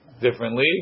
differently